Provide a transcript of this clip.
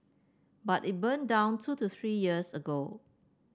but it burned down two to three years ago